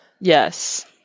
yes